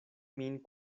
min